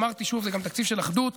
זה גם תקציב של אחדות,